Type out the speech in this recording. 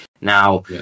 Now